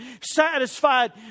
satisfied